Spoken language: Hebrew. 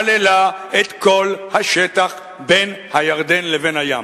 כללה את כל השטח בין הירדן לבין הים.